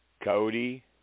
Cody